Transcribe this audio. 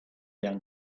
their